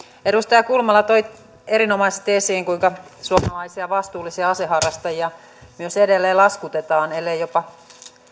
edustaja kulmala toi erinomaisesti esiin kuinka suomalaisia vastuullisia aseharrastajia myös edelleen laskutetaan ellei jopa